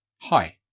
hi